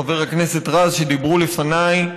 חבר הכנסת רז, שדיברו לפניי,